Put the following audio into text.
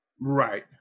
right